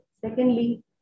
secondly